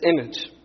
image